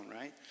right